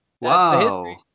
Wow